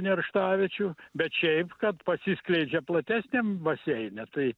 nerštaviečių bet šiaip kad pasiskleidžia platesniam baseine tai